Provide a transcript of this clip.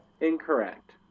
Incorrect